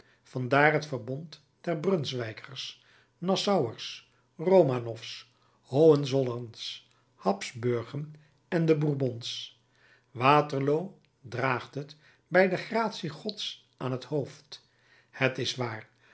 vandaar het verbond der brunswijkers nassauers romanoffs hohenzollerns habsburgen met de bourbons waterloo draagt het bij de gratie gods aan t hoofd het is waar